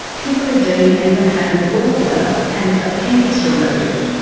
kimberley dean even had her gall bladder and appendix removed.